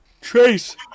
Trace